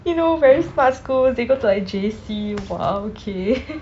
you know very smart schools they go to like J_C !wah! okay